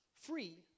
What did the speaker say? free